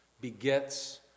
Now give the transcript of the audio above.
begets